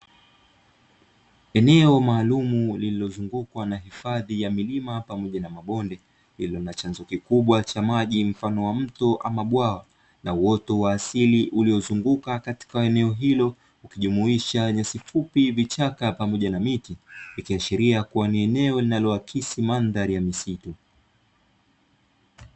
Eneo maalumu, lililozungukwa na hifadhi ya milima pamoja na mabonde, likiwa na chanzo kikubwa cha maji, mfano wa mto ama bwawa la uoto wa asili, uliozunguka katika eneo hilo, ukijumuisha: nyasi fupi, vichaka pamoja na miti, ikiashiria kuwa ni eneo linaloakisi mandhari ya misitu.